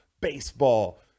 baseball